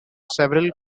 several